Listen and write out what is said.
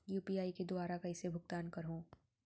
UPI के दुवारा कइसे भुगतान करहों?